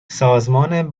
سازمان